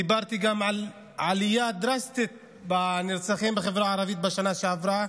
דיברתי גם על עלייה דרסטית בנרצחים בחברה הערבית בשנה שעברה.